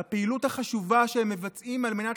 על הפעילות החשובה שהם מבצעים על מנת